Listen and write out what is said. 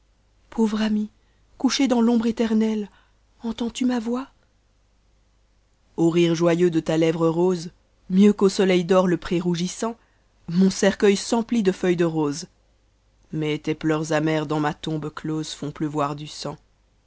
pauvre ami couché dans l'ombre éternelle entends tm ma votx au rire joyeux de ta ièvre rosc mieux qu'au soleil d'or le pré rougissant mon cercueil s'empmt de feuilles de rose mais tes pleurs amers dans ma tombe close font pleuvoir du sang